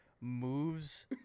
moves